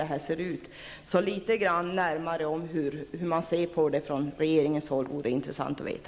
Det vore därför intressant att få litet närmare uppgifter om hur man från regeringens sida ser på detta.